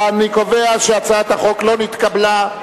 אני קובע שהצעת החוק לא נתקבלה,